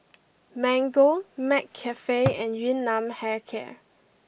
Mango McCafe and Yun Nam Hair Care